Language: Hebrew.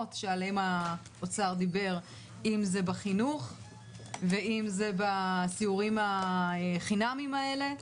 שעליהן האוצר דיבר אם זה בחינוך ואם זה בסיורים החינמיים האלה,